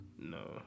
No